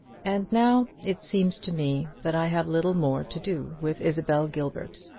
and now it seems to me that i have little more to do with isabel gilbert.